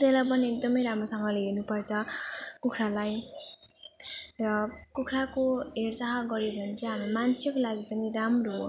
त्यसलाई पनि एकदम राम्रोसँगले हेर्नु पर्छ कुखुरालाई र कुखुराको हेरचाह गर्यो भने चाहिँ हाम्रो मान्छेको लागि पनि राम्रो हो